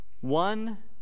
One